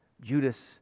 Judas